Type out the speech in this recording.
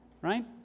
right